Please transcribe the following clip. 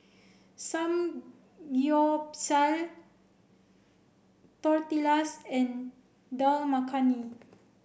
Samgyeopsal Tortillas and Dal Makhani